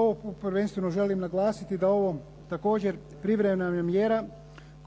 Ovo prvenstveno želim naglasiti da ovo također privremena mjera